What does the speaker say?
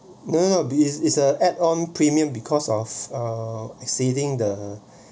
no no no is is a add on premium because of uh exceeding the